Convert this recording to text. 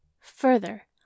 Further